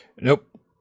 nope